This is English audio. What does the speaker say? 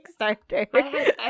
Kickstarter